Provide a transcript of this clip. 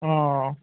অঁ